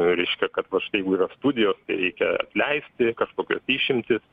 reiškia kad vat štai jeigu yra studijos tai reikia atleisti kažkokios išimtys